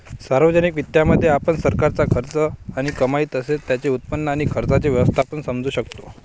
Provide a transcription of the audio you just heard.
सार्वजनिक वित्तामध्ये, आपण सरकारचा खर्च आणि कमाई तसेच त्याचे उत्पन्न आणि खर्चाचे व्यवस्थापन समजू शकतो